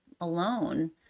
alone